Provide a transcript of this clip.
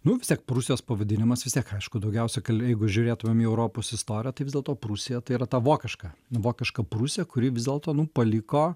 nu vis tiek prūsijos pavadinimas vis tiek aišku daugiausia jeigu žiūrėtumėm į europos istoriją tai vis dėlto prūsija tai yra ta vokiška vokiška prūsija kuri vis dėlto nu paliko